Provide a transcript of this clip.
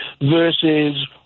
versus